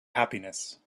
happiness